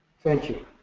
thank you.